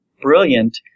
brilliant